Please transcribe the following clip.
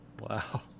Wow